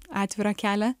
atvirą kelią